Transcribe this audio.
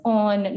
on